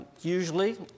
usually